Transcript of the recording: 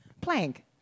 Plank